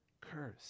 curse